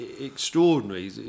extraordinary